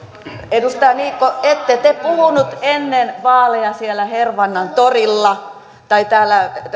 edustaja niikko ette te puhunut ennen vaaleja siellä hervannan torilla tai täällä